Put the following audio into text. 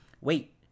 wait